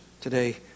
today